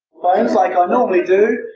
like i normally do,